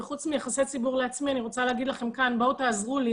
חוץ מיחסי ציבור לעצמי אני רוצה להגיד לכם כאן בואו תעזרו לי